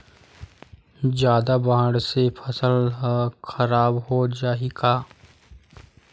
जादा बाढ़ से फसल ह खराब हो जाहि का?